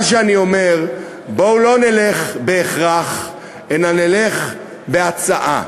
מה שאני אומר, בואו לא נלך בהכרח אלא נלך בהצעה.